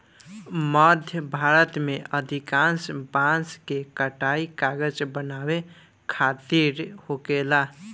मध्य भारत में अधिकांश बांस के कटाई कागज बनावे खातिर होखेला